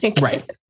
right